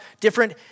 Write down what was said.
different